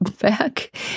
back